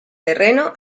terreno